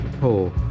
pull